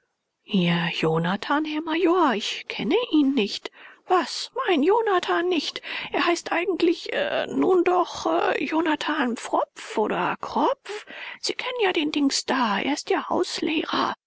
ihr jonathan herr major ich kenne ihn nicht was meinen jonathan nicht er heißt eigentlich nun doch jonathan pfropf oder kropf sie kennen ja den dings da er ist ihr hauslehrer